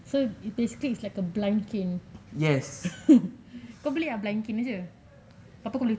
so basically it's like a blind cane kau beli ah blind cane jer